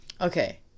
Okay